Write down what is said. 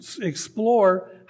explore